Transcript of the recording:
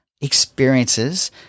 experiences